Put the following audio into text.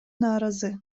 нааразы